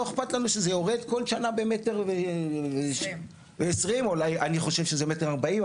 לא אכפת לנו שזה יורד כל שנה ב- 1.20 מטר או אני חושב שזה 1.40 מטר,